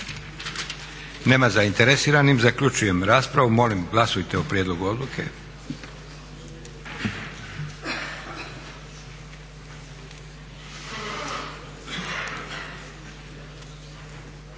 Nema zainteresiranih. Zaključujem raspravu. Molim glasujte o prijedlogu odluke.